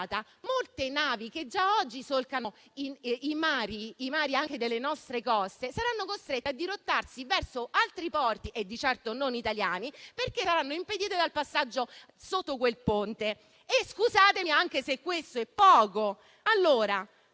molte navi che già oggi solcano i mari anche lungo le nostre coste saranno costrette a dirottare verso altri porti, di certo non italiani, perché saranno impedite dal passaggio sotto quel ponte. Scusate se anche questo è poco.